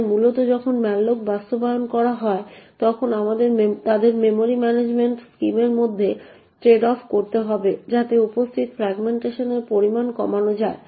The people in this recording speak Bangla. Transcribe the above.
তাই মূলত যখন malloc বাস্তবায়ন করা হয় তখন তাদের মেমরি ম্যানেজমেন্ট স্কিমের মধ্যে ট্রেড অফ করতে হবে যাতে উপস্থিত ফ্র্যাগমেন্টেশনের পরিমাণ কমানো যায়